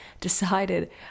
decided